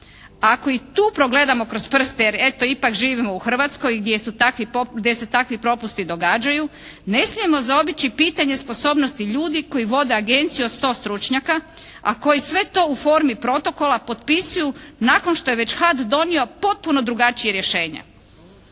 Ako i tu progledamo kroz prste, jer eto ipak živimo u Hrvatskoj gdje se takvi propusti događaju ne smijemo zaobići pitanje sposobnosti ljudi koji vode agenciju od 100 stručnjaka, a koji sve to u formi protokola potpisuju nakon što je već HAT donio potpuno drugačije rješenje.